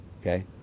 okay